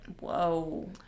Whoa